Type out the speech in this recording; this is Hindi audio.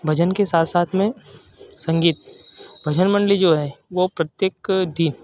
भजन के साथ साथ में संगीत भजन मंडली जो है वो प्रत्येक दिन